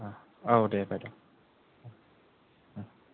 अ औ दे बायद' ओम ओम